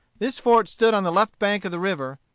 this fort stood on the left bank of the river,